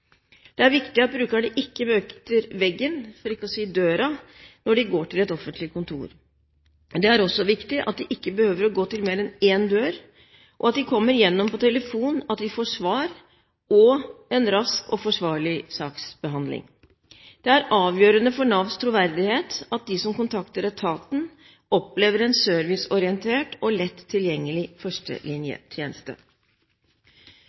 Det er viktig at brukerne ikke møter veggen – for ikke å si døra – når de går til et offentlig kontor. Det er også viktig at de ikke behøver å gå til mer enn én dør, og at de kommer igjennom på telefon, at de får svar og en rask og forsvarlig saksbehandling. Det er avgjørende for Navs troverdighet at de som kontakter etaten, opplever en serviceorientert og lett tilgjengelig